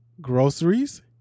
groceries